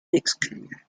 exclue